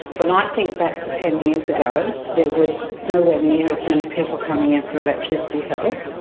when i think back to ten years ago, there was nowhere near as many people coming in for electricity help.